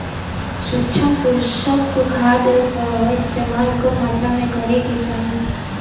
सूक्ष्म पोषक खाद कअ इस्तेमाल कम मात्रा में करे के चाही